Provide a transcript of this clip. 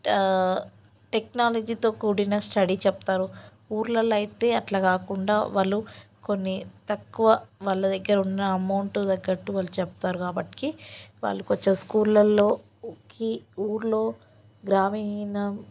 టెక్నాలజీతో కూడిన స్టడీ చెబుతారు ఊళ్ళలో అయితే అట్లా గాకుండా వాళ్ళు కొన్ని తక్కువ వాళ్ళ దగ్గర ఉన్న అమౌంట్ తగ్గట్టు వాళ్ళు చెప్తారు కాబట్టి వాళ్ళు కొంచం స్కూలల్లో ఉక్కి ఊళ్ళో గ్రామీణం